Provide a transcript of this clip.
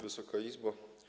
Wysoka Izbo!